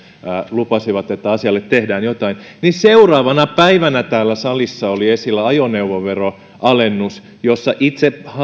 lupasivat että asialle tehdään jotain niin seuraavana päivänä täällä salissa oli esillä ajoneuvoveron alennus jossa itse